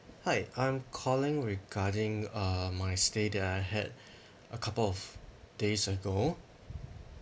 hi I'm calling regarding uh my stay that I had a couple of days ago